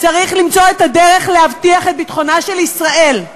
שצריך למצוא את הדרך להבטיח את ביטחונה של ישראל.